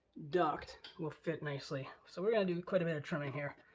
duct will fit nicely. so we're gonna do quite a bit of trimming here.